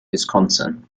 wisconsin